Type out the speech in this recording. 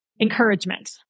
encouragement